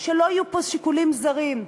שלא יהיו פה שיקולים זרים.